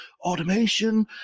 automation